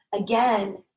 Again